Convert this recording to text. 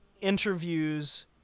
interviews